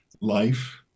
life